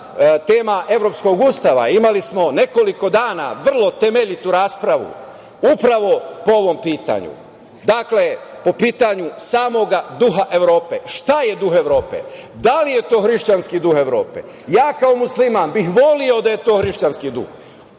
evropskog ustava. Imali smo nekoliko dana vrlo temeljitu raspravu upravo po ovom pitanju. Dakle, po pitanju samoga duha Evrope. Šta je duh Evrope? Da li je to hrišćanski duh Evrope? Kao musliman bih voleo da je to hrišćanski duh.